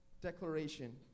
Declaration